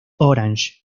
orange